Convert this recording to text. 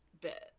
bit